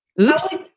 Oops